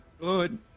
good